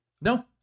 No